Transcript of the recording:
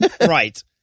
Right